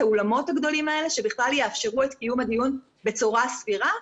את האולמות הגדולים האלה שיאפשרו את קיום הדיון בצורה סבירה,